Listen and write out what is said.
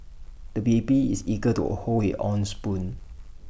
the baby is eager to hold his own spoon